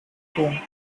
home